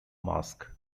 mask